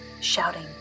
shouting